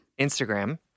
Instagram